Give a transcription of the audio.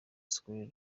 scolaire